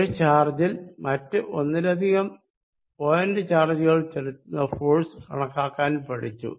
ഒരു ചാർജിൽ മറ്റ് ഒന്നിലധികം പോയിന്റ് ചാർജുകൾ ചെലുത്തുന്ന ഫോഴ്സ് കണക്കാക്കാൻ പഠിച്ചു